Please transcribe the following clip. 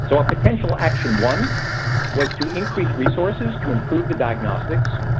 so, our potential action one was to increase resources to improve the diagnostics,